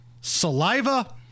saliva